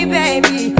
baby